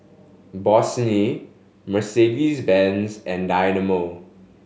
Bossini Mercedes Benz and Dynamo